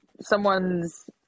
someone's